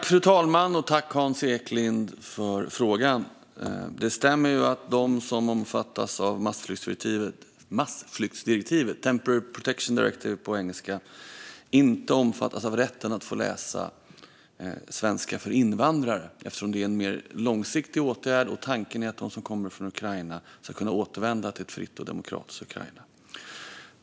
Fru talman! Tack, Hans Eklind, för frågan! Det stämmer att de som omfattas av massflyktsdirektivet, Temporary Protection Directive på engelska, inte omfattas av rätten att läsa svenska för invandrare. Det är en mer långsiktig åtgärd, och tanken är att de som kommer från Ukraina ska kunna återvända till ett fritt och demokratiskt Ukraina.